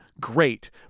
great